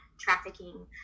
trafficking